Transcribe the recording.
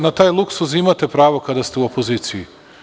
Na taj luksuz imate pravo kada ste u opoziciji.